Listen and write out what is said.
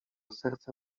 serce